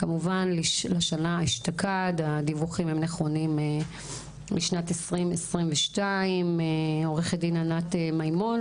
כמובן שהדיווחים נכונים לשנת 2022. עורכת הדין ענת מימון,